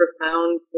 profound